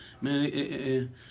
Man